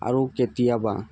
আৰু কেতিয়াবা